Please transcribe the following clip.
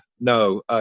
no